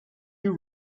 you